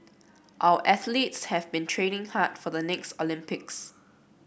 our athletes have been training hard for the next Olympics